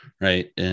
right